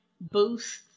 boost